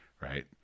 right